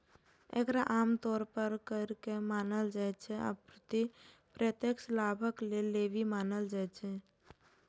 एकरा आम तौर पर कर नै मानल जाइ छै, अपितु प्रत्यक्ष लाभक लेल लेवी मानल जाइ छै